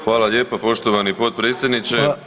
Hvala lijepo poštovani potpredsjedniče.